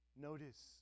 Notice